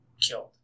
killed